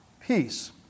peace